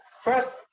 first